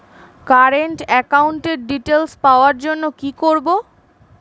Current একাউন্টের details পাওয়ার জন্য কি করব?